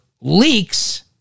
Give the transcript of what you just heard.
leaks